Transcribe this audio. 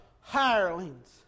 hirelings